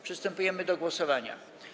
Przystępujemy do głosowania.